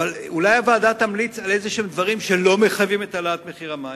אולי הוועדה תמליץ על דברים כלשהם שלא מחייבים את העלאת מחיר המים?